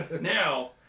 Now